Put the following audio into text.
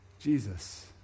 Jesus